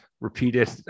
repeated